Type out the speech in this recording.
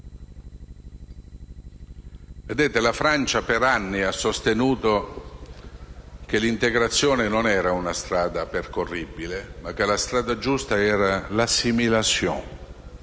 esempio la Francia, per anni, ha sostenuto che l'integrazione non era una strada percorribile, ma che la strada giusta era l'*assimilation*,